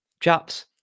Chaps